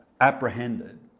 apprehended